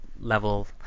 level